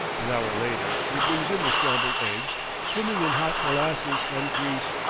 an hour later he brings in the scrambled eggs, swimming in hot molasses and grease!